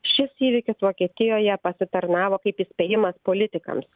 šis įvykis vokietijoje pasitarnavo kaip įspėjimas politikams